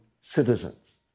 citizens